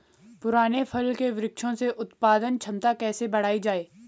पुराने फल के वृक्षों से उत्पादन क्षमता कैसे बढ़ायी जाए?